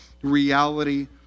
reality